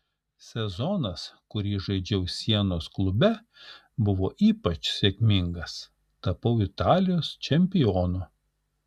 sezonas kurį žaidžiau sienos klube buvo ypač sėkmingas tapau italijos čempionu